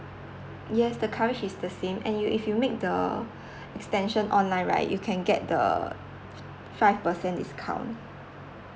yes the coverage is the same and you if you make the extension online right you can get the five percent discount